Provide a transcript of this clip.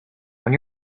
when